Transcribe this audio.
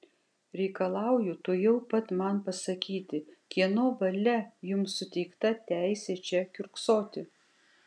reikalauju tuojau pat man pasakyti kieno valia jums suteikta teisė čia kiurksoti